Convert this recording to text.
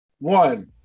One